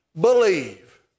believe